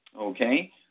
okay